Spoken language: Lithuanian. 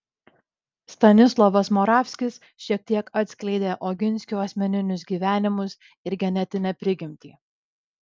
stanislovas moravskis šiek tiek atskleidė oginskių asmeninius gyvenimus ir genetinę prigimtį